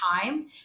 time